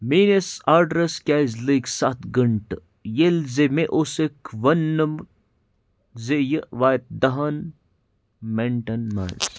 میٲنِس آرڈرَس کیٛازِ لٔگۍ سَتھ گھٲنٛٹہٕ ییٚلہِ زِ مےٚ اوسُکھ وونمُ زِ یہِ واتہِ دَہن منِٹن منٛز